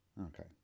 Okay